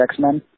X-Men